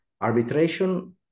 arbitration